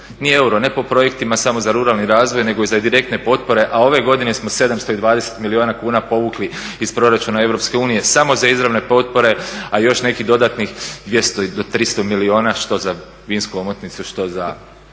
ni euro ne po projektima samo za ruralni razvoj nego i za direktne potpore. A ove godine smo 720 milijuna kuna povukli iz proračuna Europske unije samo za izravne potpore, a još nekih dodatnih 200 do 300 milijuna što za vinsku omotnicu, što za